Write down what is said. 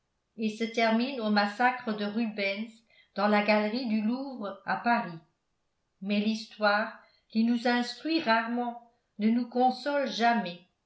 et se termine au massacre de rubens dans la galerie du louvre à paris mais l'histoire qui nous instruit rarement ne nous console jamais